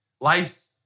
Life